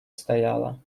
стояла